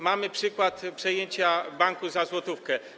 Mamy przykład przejęcia banku za złotówkę.